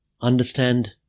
understand